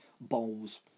bowls